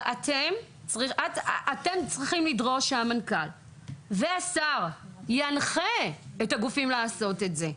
ואתם צריכים לדרוש שהמנכ"ל והשר ינחו את הגופים לעשות את זה.